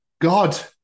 God